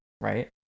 right